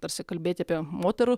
tarsi kalbėti apie moterų